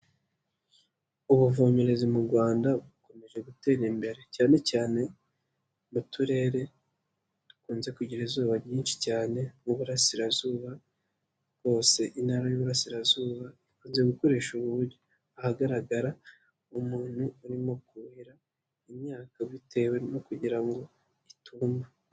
Ubuvomezi mu Rwanda bukomeje gutera imbere, cyane cyane mu turere dukunze kugira izuba ryinshi cyane nk'uburasirazuba, hose Intara y'Uburasirazuba ikunze gukoresha ubu buryo, ahagaragara umuntu urimo kuhira imyaka bitewe no kugira ngo ituma.